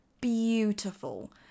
beautiful